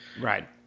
Right